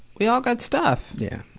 we all got stuff. yeah.